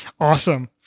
Awesome